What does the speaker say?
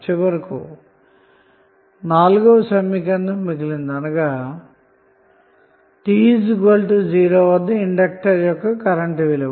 చివరకు 4 వ సమీకరణం మిగిలింది అనగా t 0 వద్ద ఇండక్టర్ యొక్క కరెంటు విలువ